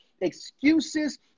excuses